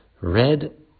Red